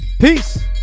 peace